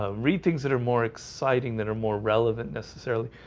ah read things that are more exciting that are more relevant necessarily.